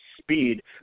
speed